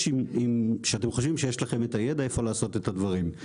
עם חשיבה שיש לכם את הידע איפה לעשות את הדברים.